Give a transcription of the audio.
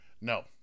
No